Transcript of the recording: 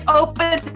open